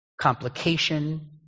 complication